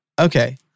Okay